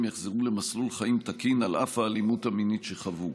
יחזרו למסלול חיים תקין על אף האלימות המינית שחוו.